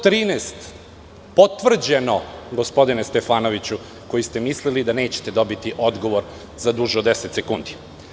Potvrđeno je 113 gospodine Stefanoviću, koji ste mislili da nećete dobiti odgovor za duže od 10 sekundi.